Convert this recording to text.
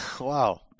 Wow